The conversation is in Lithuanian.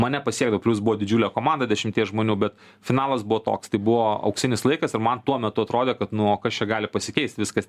mane pasiekdavo plius buvo didžiulė komanda dešimties žmonių bet finalas buvo toks tai buvo auksinis laikas ir man tuo metu atrodė kad nu o kas čia gali pasikeist viskas